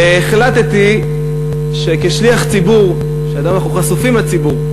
והחלטתי שכשליח ציבור, כשאנחנו חשופים לציבור,